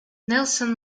nelson